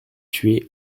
tués